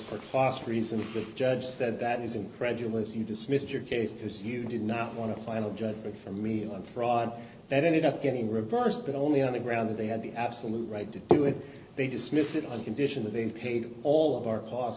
for cost reasons the judge said that is incredulous you dismissed your case because you did not want to final judgment for me on fraud that ended up getting reversed but only on the ground that they had the absolute right to do it they dismissed it on condition of being paid all of our costs